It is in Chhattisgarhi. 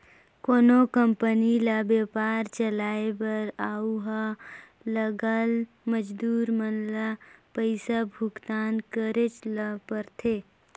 कोनो कंपनी ल बयपार चलाए बर उहां लगल मजदूर मन ल पइसा भुगतान करेच ले परथे